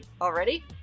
already